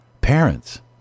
parents